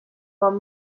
bon